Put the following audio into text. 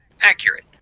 accurate